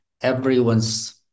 Everyone's